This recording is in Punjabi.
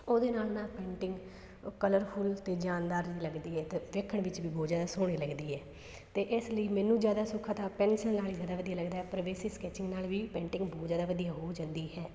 ਉਹਦੇ ਨਾਲ ਨਾਲ ਪੇਂਟਿੰਗ ਕਲਰਫੁਲ ਅਤੇ ਜਾਨਦਾਰ ਲੱਗਦੀ ਹੈ ਦੇਖਣ ਵਿੱਚ ਵੀ ਬਹੁਤ ਜ਼ਿਆਦਾ ਸੋਹਣੀ ਲੱਗਦੀ ਹੈ ਅਤੇ ਇਸ ਲਈ ਮੈਨੂੰ ਜ਼ਿਆਦਾ ਸੌਖਾ ਤਾਂ ਪੈਂਸਿਲ ਨਾਲ ਹੀ ਜ਼ਿਆਦਾ ਵਧੀਆ ਲੱਗਦਾ ਪਰ ਬੇਸਿਸ ਸਕੈਚਿੰਗ ਨਾਲ ਵੀ ਪੇਂਟਿੰਗ ਬਹੁਤ ਜ਼ਿਆਦਾ ਵਧੀਆ ਹੋ ਜਾਂਦੀ ਹੈ